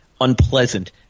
unpleasant